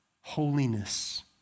holiness